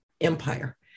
empire